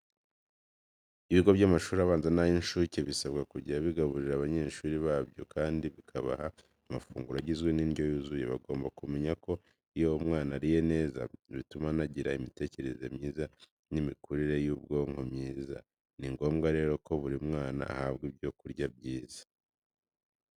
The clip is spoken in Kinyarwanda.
Ibigo by'amashuri abanza n'ay'incuke bisabwa kujya bigaburira abanyeshuri babyo kandi bikabaha amafunguro agizwe n'indyo yuzuye. Bagomba kumenya ko iyo umwana ariye neza, bituma anagira imitekerereze myiza n'imikurire y'ubwonko myiza. Ni ngombwa rero ko buri mwana ahabwa ibyo kurya byiza.